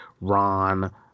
Ron